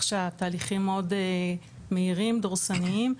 שהתהליכים הם מאוד מהירים ודורסניים,